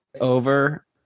over –